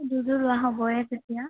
দুযোৰ লোৱা হ'বই যেতিয়া